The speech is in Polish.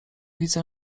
widzę